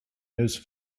nose